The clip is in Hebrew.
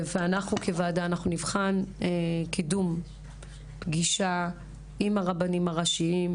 אנחנו כוועדה נבחן קידום פגישה עם הרבנים הראשיים,